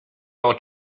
will